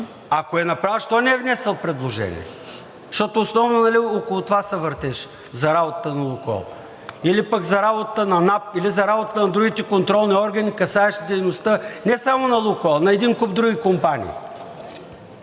Ако е направил, защо не е внесъл предложение? Защото основно около това се въртеше за работата на „Лукойл“. Или пък за работата на НАП. Или за работата на другите контролни органи, касаещи дейността не само на „Лукойл“, на един куп други компании.